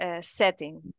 setting